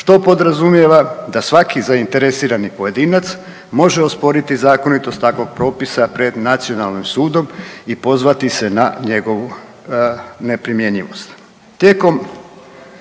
što podrazumijeva da svaki zainteresirani pojedinac može osporiti zakonitost takvog propisa pred nacionalnim sudom i pozvati se na njegovu neprimjenjivost.